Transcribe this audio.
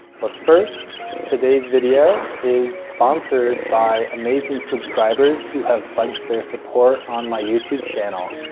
but first, today's video is sponsored by amazing subscribers who have pledged their support on my youtube channel.